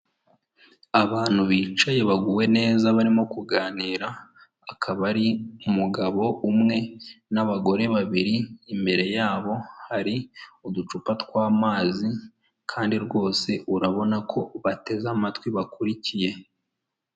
Abantu bicaye baguwe neza barimo kuganira, akaba ari umugabo umwe n'abagore babiri, imbere yabo hari uducupa tw'amazi kandi rwose urabona ko bateze amatwi bakurikiye.